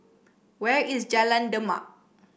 where is Jalan Demak